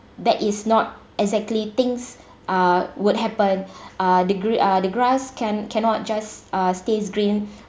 that is not exactly things uh would happen uh the gree~ uh the grass can cannot just uh stay green